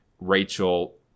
rachel